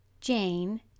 jane